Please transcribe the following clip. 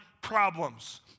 problems